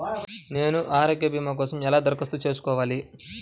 నేను ఆరోగ్య భీమా కోసం ఎలా దరఖాస్తు చేసుకోవాలి?